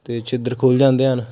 ਅਤੇ ਛੇਤਰ ਖੁੱਲ੍ਹ ਜਾਂਦੇ ਹਨ